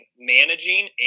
managing